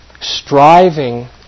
striving